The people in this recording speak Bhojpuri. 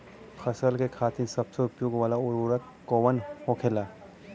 फसल के खातिन सबसे उपयोग वाला उर्वरक कवन होखेला?